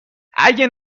اگه